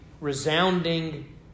resounding